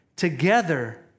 together